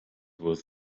was